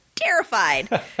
Terrified